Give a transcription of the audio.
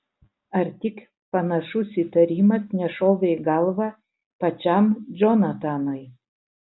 ar tik panašus įtarimas nešovė į galvą pačiam džonatanui